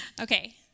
Okay